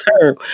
term